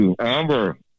Amber